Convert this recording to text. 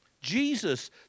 Jesus